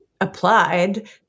applied